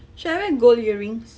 should I wear gold earrings